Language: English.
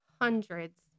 hundreds